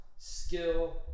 Skill